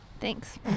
Thanks